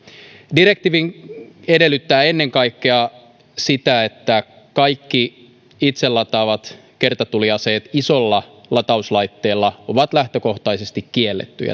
direktiivi edellyttää ennen kaikkea sitä että kaikki itselataavat kertatuliaseet isolla latauslaitteella ovat lähtökohtaisesti kiellettyjä